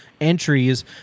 entries